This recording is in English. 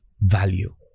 value